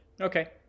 Okay